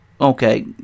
Okay